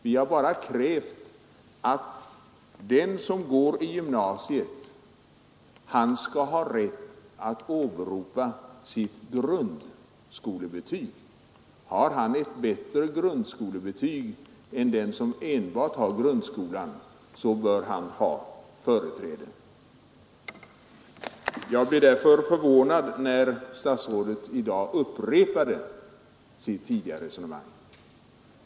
Vi har bara krävt att den som går i gymnasiet skall ha rätt att åberopa sitt grundskolebetyg. Har han ett bättre grundskolebetyg än den som enbart har grundskolan bör han ha företräde. Jag blev därför förvånad när statsrådet i dag upprepade sitt tidigare resonemang.